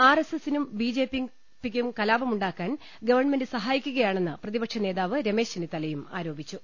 R S എസിനും ബിജെപിയ്ക്കും കലാപമുണ്ടാ ക്കാൻ ഗവൺമെന്റ് സഹായിക്കുകയാണെന്ന് പ്രതിപക്ഷ നേതാവ് രമേശ് ചെന്നിത്തലയും ആരോപിച്ചു